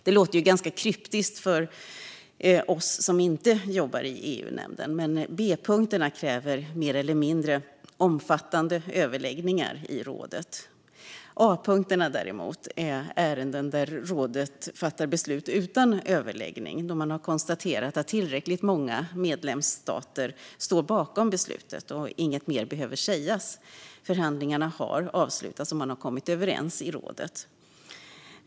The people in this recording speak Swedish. Det låter ganska kryptiskt för oss som inte jobbar i EU-nämnden, men B-punkterna kräver mer eller mindre omfattande överläggningar i rådet. A-punkterna är däremot ärenden där rådet fattar beslut utan överläggning, då man konstaterat att tillräckligt många medlemsstater står bakom beslutet och inget mer behöver sägas. Förhandlingarna har avslutats och man har kommit överens i rådet. Riksdagens arbets-former m.m.